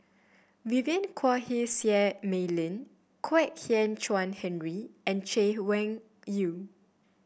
Vivien Quahe Seah Mei Lin Kwek Hian Chuan Henry and Chay Weng Yew